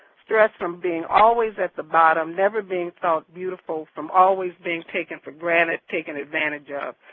stress from being always at the bottom, never being thought beautiful, from always being taken for granted, taken advantage of,